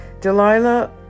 delilah